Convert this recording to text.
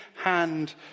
hand